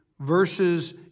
verses